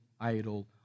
idol